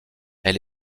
elle